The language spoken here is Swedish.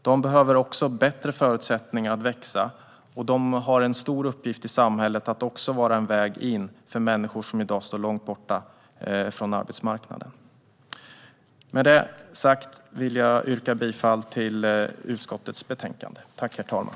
De behöver också bättre förutsättningar för att växa, och de har en stor uppgift i samhället att vara en väg in för människor som i dag står långt från arbetsmarknaden. Jag vill yrka bifall till utskottets förslag.